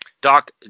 doc